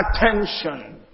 attention